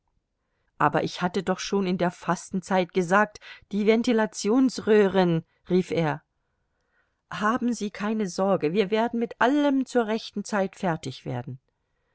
aber ich hatte doch schon in der fastenzeit gesagt die ventilationsröhren rief er haben sie keine sorge wir werden mit allem zur rechten zeit fertig werden